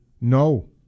No